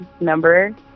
number